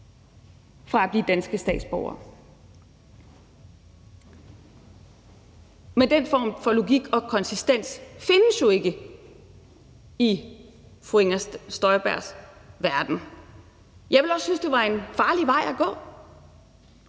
fra at blive danske statsborgere. Men den form for logik og konsistens findes jo ikke i fru Inger Støjbergs verden. Jeg ville også synes, det var en farlig vej at gå.